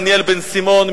דניאל בן-סימון,